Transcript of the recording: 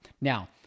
Now